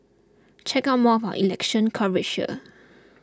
check out more of our election coverage here